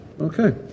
Okay